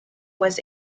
was